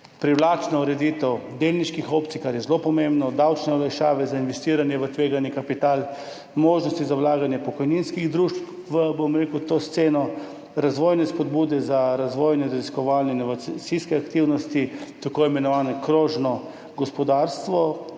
Privlačna ureditev delniških opcij, kar je zelo pomembno, davčne olajšave za investiranje v tvegani kapital, možnosti za vlaganje pokojninskih družb v to sceno, razvojne spodbude za razvojne in raziskovalne inovacijske aktivnosti, tako imenovano krožno gospodarstvo